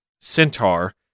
centaur